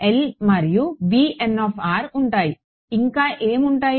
L మరియు bn ఉంటాయి ఇంకా ఏం ఉంటాయి